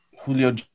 Julio